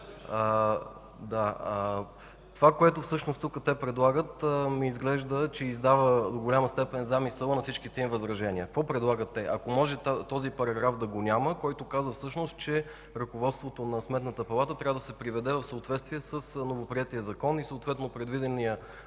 Това, което те предлагат, ми изглежда, че издава в голяма степен замисъла на всичките им възражения. Какво предлагат те? Ако може този параграф да го няма, който всъщност казва, че ръководството на Сметната палата трябва да се приведе в съответствие с новоприетия закон и съответно